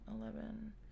eleven